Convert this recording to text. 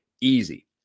easy